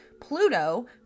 Pluto